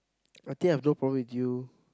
I think I have no problem with you